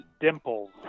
Dimples